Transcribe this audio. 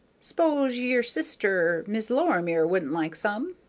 s'pose yer sister, miss lorimer, wouldn't like some?